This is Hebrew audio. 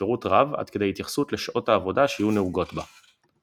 בפירוט רב עד כדי התייחסות לשעות העבודה שיהיו נהוגות בה.